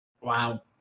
Wow